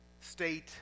state